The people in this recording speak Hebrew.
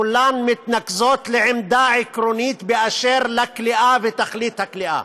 כולם מתנקזים לעמדה עקרונית אשר לכליאה ולתכלית הכליאה,